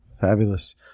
Fabulous